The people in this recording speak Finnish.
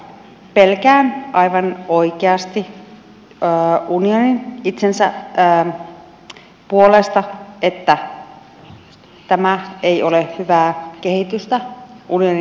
pelkään aivan oikeasti unionin itsensä puolesta että tämä ei ole hyvää kehitystä unionin puolesta